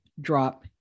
drop